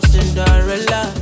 Cinderella